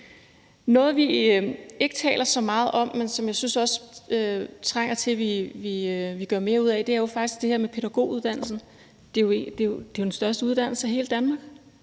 Noget, vi ikke taler så meget om, men som jeg også synes trænger til at vi gør mere ud af, er faktisk pædagoguddannelsen. Det er jo den største uddannelse i hele Danmark.